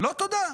לא תודה,